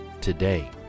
today